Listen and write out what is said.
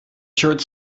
short